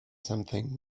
something